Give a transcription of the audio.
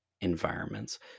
environments